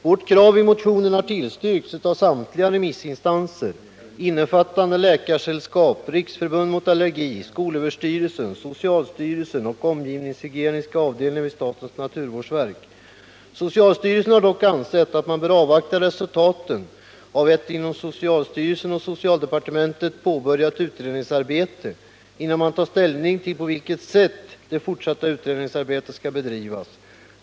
Vårt krav i motionen har tillstyrkts av samtliga remissinstanser, innefattande Läkaresällskapet, Riksförbundet mot allergi, skolöverstyrelsen, socialstyrelsen och omgivningshygieniska avdelningen vid statens naturvårdsverk. Socialstyrelsen har dock ansett, att man bör avvakta resultaten av ett inom socialstyrelsen och socialdepartementet påbörjat utredningsarbete innan man tar ställning till på vilket sätt den fortsatta utredningen skall bedrivas.